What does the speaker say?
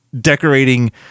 decorating